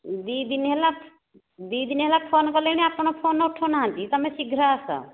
ଦୁଇ ଦିନ ହେଲା ଦୁଇ ଦିନ ହେଲା ଫୋନ କଲିଣି ଆପଣ ଫୋନ ଉଠାଉ ନାହାନ୍ତି ତୁମେ ଶୀଘ୍ର ଆସ